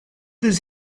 his